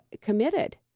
committed